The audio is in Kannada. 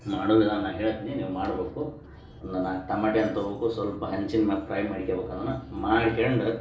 ಮಾಡೋ ವಿಧಾನ ನಾನು ಹೇಳ್ತೀನಿ ನೀವು ಮಾಡ್ಬೇಕು ಒಂದು ನಾಲ್ಕು ತಮಾಟಿ ಹಣ್ಣು ತೊಗೋಬೇಕು ಸ್ವಲ್ಪ ಹಂಚಿನ ಮ್ಯಾಲ್ ಪ್ರೈ ಮಾಡ್ಕಬೇಕ್ ಅದನ್ನು ಮಾಡ್ಕಂಡು